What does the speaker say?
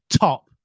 top